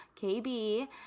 kb